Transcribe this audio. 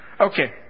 Okay